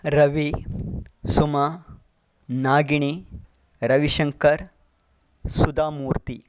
Ravi Suma Nagini Ravishankar Sudha Murthy